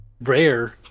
rare